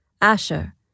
Asher